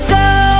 go